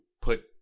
put